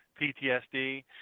PTSD